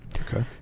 Okay